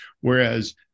whereas